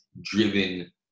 driven